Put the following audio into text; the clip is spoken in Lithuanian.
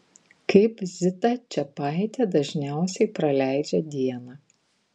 kaip zita čepaitė dažniausiai praleidžia dieną